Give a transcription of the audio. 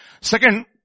second